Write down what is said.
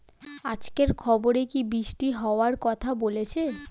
আজকের খবরে কি বৃষ্টি হওয়ায় কথা বলেছে?